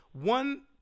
one